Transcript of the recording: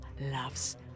loves